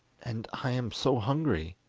and i am so hungry